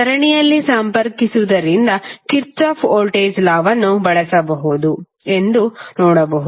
ಸರಣಿಯಲ್ಲಿ ಸಂಪರ್ಕಿಸಿರುವುದರಿಂದ ಕಿರ್ಚಾಫ್ನ ವೋಲ್ಟೇಜ್ ಲಾ ವನ್ನುKirchhoff's Voltage law ಅನ್ನು ಬಳಸಬಹುದು ಎಂದು ನೋಡಬಹುದು